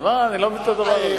אני לא מבין את הדבר הזה.